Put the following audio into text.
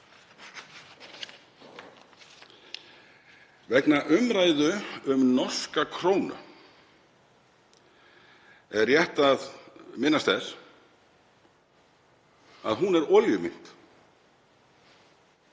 Vegna umræðu um norska krónu er rétt að minnast þess að hún er olíumynt